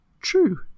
true